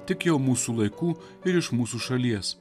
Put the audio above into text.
tik jau mūsų laikų ir iš mūsų šalies